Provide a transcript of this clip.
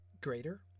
Greater